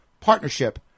partnership